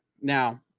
Now